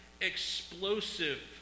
explosive